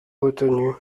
retenue